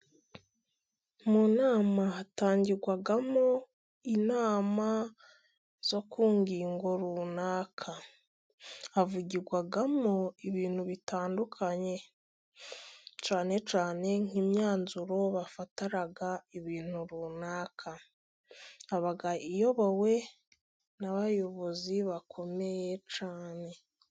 Mu nama hatangirwamo inama zo ku ngingo runaka. Havugirwamo ibintu bitandukanye cyane cyane nk'imyanzuro bafatira ibintu runaka. Iba iyobowe n'abayobozi bakomeye cyane.